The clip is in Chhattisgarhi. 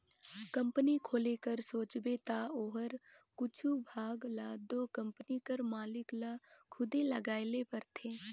कंपनी खोले कर सोचबे ता ओकर कुछु भाग ल दो कंपनी कर मालिक ल खुदे लगाए ले परथे